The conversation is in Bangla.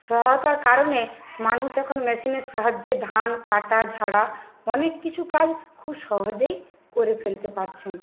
সহায়তার কারণে মানুষ এখন মেশিনের সাহায্যে ধান কাটা ঝাড়া অনেক কিছু কাজ খুব সহজেই করে ফেলতে পারছেন